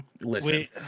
listen